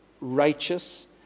righteous